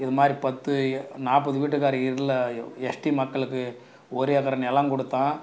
இதுமாதிரி பத்து நாற்பது வீட்டுக்கார் இருளர் இல்லை எஸ்டி மக்களுக்கு ஒரு ஏக்கர் நிலம் கொடுத்தேன்